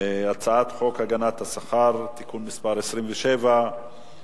הצעת חוק הגנת השכר (תיקון מס' 27)